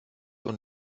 und